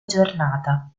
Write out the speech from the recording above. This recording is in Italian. giornata